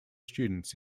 students